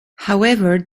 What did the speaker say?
however